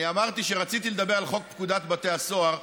אני אמרתי שרציתי לדבר על חוק פקודת בתי הסוהר,